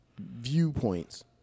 viewpoints